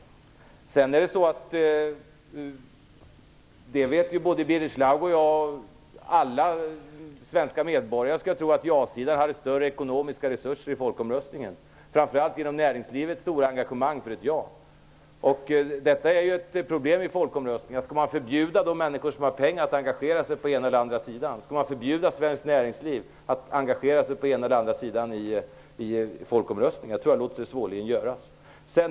Både Birger Schlaug och jag vet - det gör alla svenska medborgare, skulle jag tro - att ja-sidan hade större ekonomiska resurser i folkomröstningen, framför allt genom näringslivets stora engagemang för ett ja. Detta är ett problem med folkomröstningar. Skall man förbjuda de människor som har pengar att engagera sig på den ena eller andra sidan? Skall man förbjuda svenskt näringsliv att engagera sig på den ena eller andra sidan i folkomröstningar? Det tror jag svårligen låter sig göras.